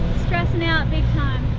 stressing out big time.